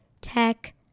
tech